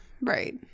right